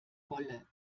wolle